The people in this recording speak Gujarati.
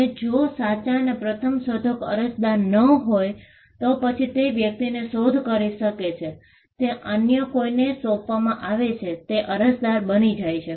અને જો સાચા અને પ્રથમ શોધક અરજદાર ન હોય તો પછી જે વ્યક્તિએ શોધ કરી છે તે અન્ય કોઈને સોંપવામાં આવે છે તે અરજદાર બની જાય છે